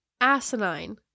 asinine